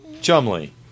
Chumley